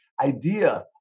idea